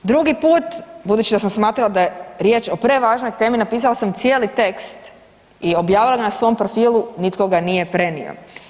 Drugi put budući da sam smatrala da je riječ o prevažnoj temi napisala sam cijeli tekst i objavila na svom profilu, nitko ga nije prenio.